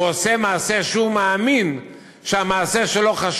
והוא עושה מעשה שהוא מאמין שהוא חשוב,